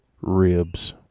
ribs